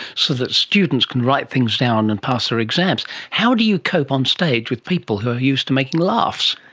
so that students can write things down and pass their exams. how do you cope on stage with people who are used to making laughs?